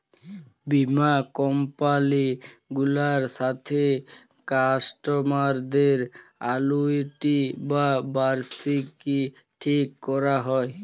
বীমা কমপালি গুলার সাথে কাস্টমারদের আলুইটি বা বার্ষিকী ঠিক ক্যরা হ্যয়